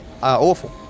awful